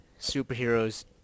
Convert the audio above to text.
superheroes